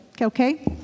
okay